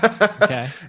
Okay